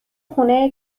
خونه